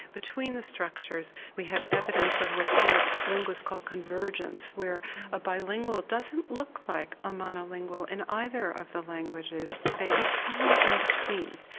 between the structures we have evidence of what what linguists call convergence, where a bilingual doesn't look like a monolingual in either of the languages, they look somewhere in between.